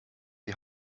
die